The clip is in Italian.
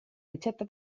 ricetta